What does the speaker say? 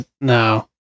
no